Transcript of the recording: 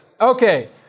Okay